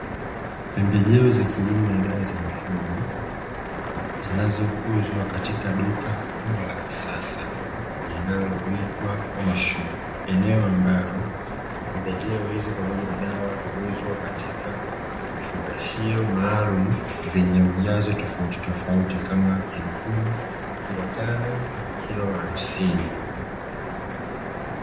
Pembejeo za kilimo na dawa za mifugo zinazouzwa katika duka kubwa la kisasa linaloitwa "Osho" eneo ambalo pembejeo hizi pamoja na dawa huuzwa katika vifungashio maalumu vyenye ujazo tofautitofauti kama kilo kumi, kilo tano, na kilo hamsini.